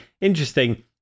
interesting